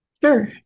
Sure